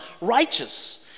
righteous